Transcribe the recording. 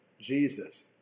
Jesus